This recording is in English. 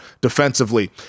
defensively